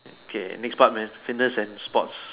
K next part man fitness and sports